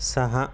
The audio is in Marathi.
सहा